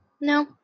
No